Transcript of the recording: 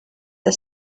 der